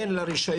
אין לה רישיון,